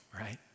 right